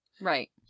Right